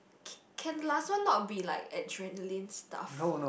c~ can last one not be like adrenaline staff